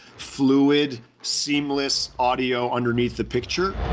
fluid, seamless audio underneath the picture.